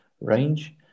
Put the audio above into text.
range